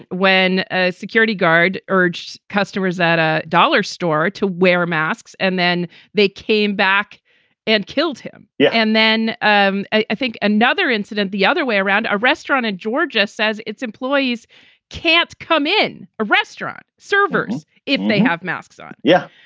when a security guard urged customers at a dollar store to wear masks and then they came back and killed him yeah and then um i think another incident the other way around a restaurant in georgia says its employees can't come in a restaurant servers if they have masks on. yeah,